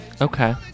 Okay